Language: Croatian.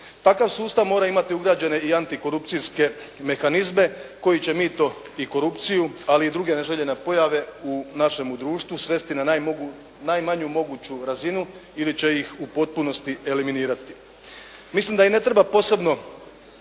Takav sustav mora imati ugrađene i antikorupcijske mehanizme koji će mito i korupciju, ali i druge neželjene pojave u našemu društvu svesti na najmanju moguću razinu ili će ih u potpunosti eliminirati.